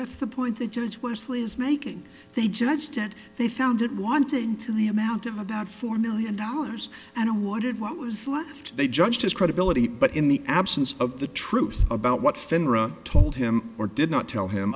that's the point the judge worsley is making they judge ted they found it wanting to the amount of about four million dollars and awarded what was left they judge his credibility but in the absence of the truth about what finra told him or did not tell him